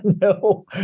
no